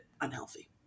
unhealthy